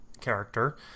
character